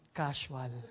casual